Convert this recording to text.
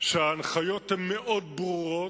שההנחיות מאוד ברורות.